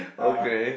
okay